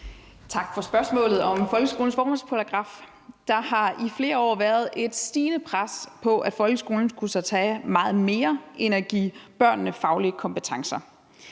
Tak for spørgsmålet om folkeskolens formålsparagraf. Der har i flere år været et stigende pres på, at folkeskolen skulle tage sig af meget mere end at give børnene faglige kompetencer.